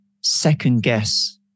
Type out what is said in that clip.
second-guess